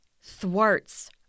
thwarts